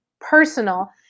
personal